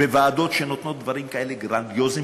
בוועדות שנותנות דברים כאלה גרנדיוזיים